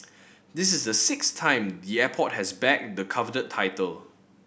this is the sixth time the airport has bagged the coveted title